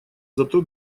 зато